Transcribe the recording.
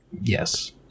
Yes